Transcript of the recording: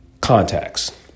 contacts